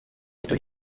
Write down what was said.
ituye